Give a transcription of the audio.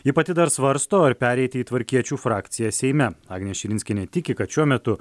ji pati dar svarsto ar pereiti į tvarkiečių frakciją seime agnė širinskienė tiki kad šiuo metu